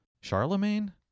Charlemagne